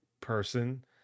person